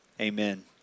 Amen